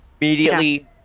Immediately